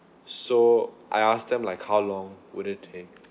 so I asked them like how long would it take